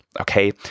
okay